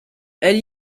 elle